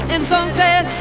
entonces